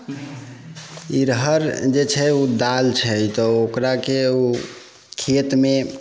इरहर जे छै ओ दाल छै तऽ ओकराके ओ खेतमे